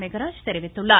மெகராஜ் தெரிவித்துள்ளார்